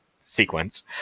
sequence